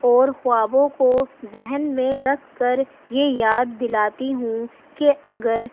اور خوابوں کو ذہن میں رکھ کر یہ یاد دلاتی ہوں کہ اگر